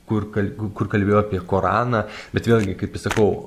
kur kal kur kalbėjo apie koraną bet vėlgi kaip i sakau